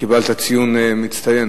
קיבלת ציון מצטיין.